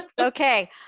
Okay